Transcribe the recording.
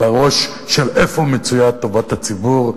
של איפה מצויה טובת הציבור,